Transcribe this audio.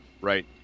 Right